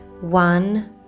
one